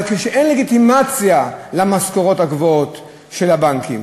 אבל כשאין לגיטימציה למשכורות הגבוהות בבנקים,